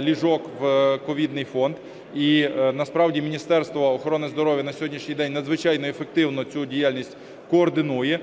ліжок у ковідний фонд, і насправді Міністерство охорони здоров'я на сьогоднішній день надзвичайно ефективно цю діяльність координує